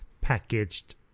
packaged